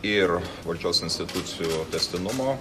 ir valdžios institucijų tęstinumo